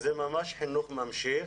שזה ממש חינוך ממשיך